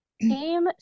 Team